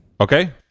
Okay